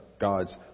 God's